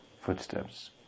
footsteps